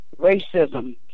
racism